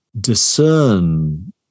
discern